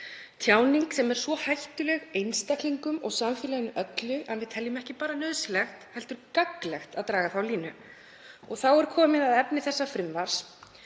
tjáningu sem er svo hættuleg einstaklingum og samfélaginu öllu að við teljum ekki bara gagnlegt heldur nauðsynlegt að draga þá línu. Þá er komið að efni þessa frumvarps.